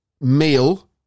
meal